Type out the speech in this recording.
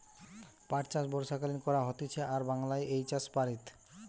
পাট চাষ বর্ষাকালীন করা হতিছে আর বাংলায় এই চাষ প্সারিত